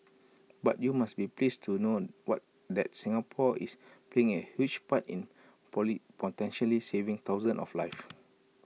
but you must be pleased to know what that Singapore is playing A huge part in poly potentially saving thousands of lives